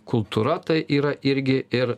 kultūra tai yra irgi ir